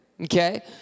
okay